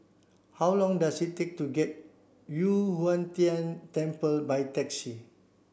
how long does it take to get Yu Huang Tian Temple by taxi